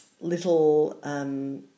Little